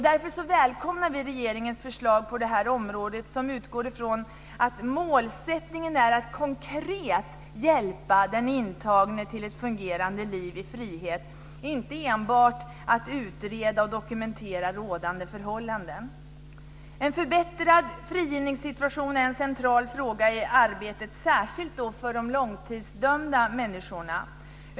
Därför välkomnar vi regeringens förslag på det här området, som utgår från att målsättningen är att konkret hjälpa den intagne till ett fungerande liv i frihet - inte enbart att utreda och dokumentera rådande förhållanden. En förbättrad frigivningssituation är en central fråga i arbetet, särskilt för de långtidsdömda människorna.